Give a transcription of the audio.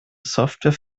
software